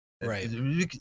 right